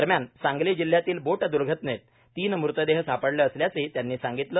दरम्यान सांगली जिल्ह्यातील बोट दुर्घटनेत तीन मृतदेह सापडले असल्याचं त्यांनी सांगितलं